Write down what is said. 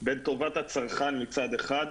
בין טובת הצרכן מצד אחד,